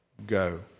go